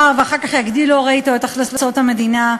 ואחר כך הרי יגדילו אתו את הכנסות המדינה,